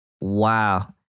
wow